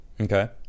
Okay